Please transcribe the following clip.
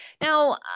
Now